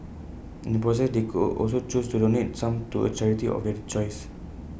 in the process they could also choose to donate the sum to A charity of their choice